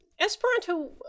Esperanto